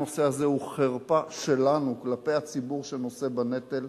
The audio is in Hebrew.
הנושא הזה הוא חרפה שלנו כלפי הציבור שנושא בנטל,